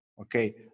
okay